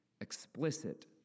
explicit